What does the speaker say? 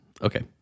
Okay